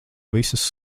visas